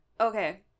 okay